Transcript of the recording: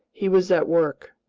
he was at work.